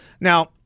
Now